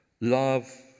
Love